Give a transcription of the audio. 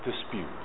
dispute